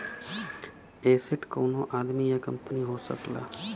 asset कउनो आदमी या कंपनी हो सकला